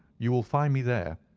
you will find me there.